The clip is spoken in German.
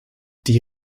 die